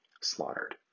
slaughtered